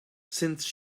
since